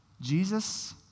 Jesus